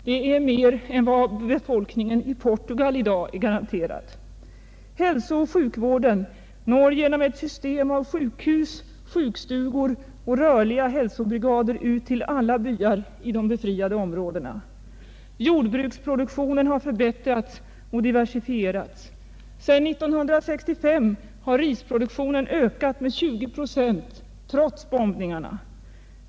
Det är mer än vad befolkningen i Portugal i dag är garanterad. Hiälso och sjukvården når genom ett system av sjukhus, sjukstugor och rörliga hälsobrigader ut till alla byar i de befriade omrädena. Jordbruksproduktionen har förbättrats och diversifierats. Sedan är 1965 har risproduktionen ökat med 20 procent trots bombningarna.